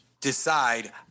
decide